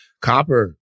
Copper